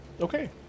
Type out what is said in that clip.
Okay